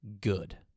good